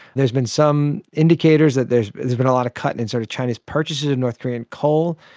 there's been some indicators that there's been a lot of cut and in sort of chinese purchases of north korean coal.